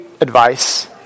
advice